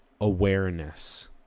awareness